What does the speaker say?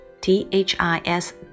t-h-i-s